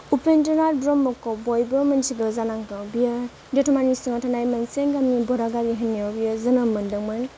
उपेन्द्र नाथ ब्रह्मखौ बयबो मोन्थिगौ जानांगौ बियो दतमानि सिङाव थानाय मोनसे गामि बरागारि होन्नायाव बियो जोनोम मोनदोंमोन